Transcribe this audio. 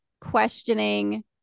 questioning